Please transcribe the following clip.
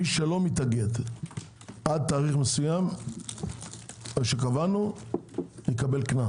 מי שלא מתאגד עד תאריך מסוים שקבענו - מקבל קנס